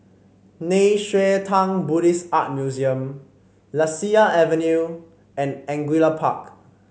Nei Xue Tang Buddhist Art Museum Lasia Avenue and Angullia Park